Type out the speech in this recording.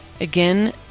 Again